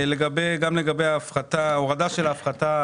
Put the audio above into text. גם לגבי הורדת ההפחתה,